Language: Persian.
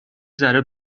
ذره